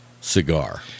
cigar